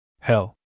Hell